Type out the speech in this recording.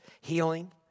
Healing